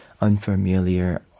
unfamiliar